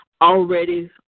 already –